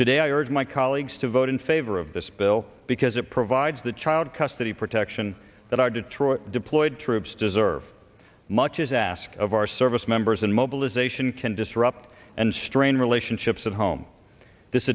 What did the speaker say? today i urge my colleagues to vote in favor of this bill because it provides the child custody protection that our detroit deployed troops deserve much is asked of our service members in mobilization can disrupt and strain relationships at home this